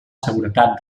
seguretat